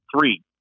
three